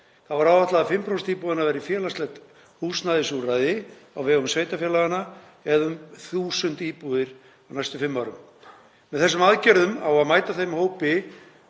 Þá er áætlað að 5% íbúðanna verði félagslegt húsnæðisúrræði á vegum sveitarfélaganna, eða um 1.000 íbúðir á næstu fimm árum. Með þessum aðgerðum á að mæta þeim hópi